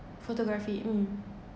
photography mm